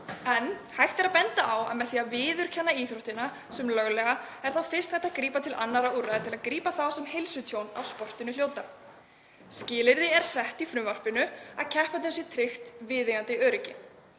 en hægt er að benda á að með því að viðurkenna íþróttina sem löglega er fyrst hægt að grípa til annarra úrræða til að grípa þá sem heilsutjón af sportinu hljóta. Skilyrði er sett í frumvarpinu um að viðeigandi öryggi